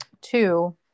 two